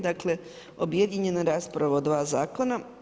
Dakle objedinjena rasprava o dva zakona.